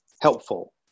helpful